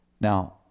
Now